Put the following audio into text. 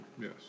Yes